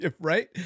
Right